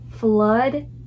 flood